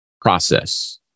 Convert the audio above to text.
process